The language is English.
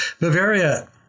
Bavaria